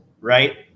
right